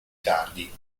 tardi